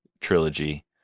trilogy